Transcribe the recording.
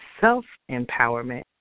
self-empowerment